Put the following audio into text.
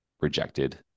rejected